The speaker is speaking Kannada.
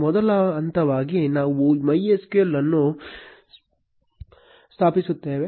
ಮೊದಲ ಹಂತವಾಗಿ ನಾವು MySQL ಅನ್ನು ಸ್ಥಾಪಿಸುತ್ತೇವೆ